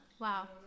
Wow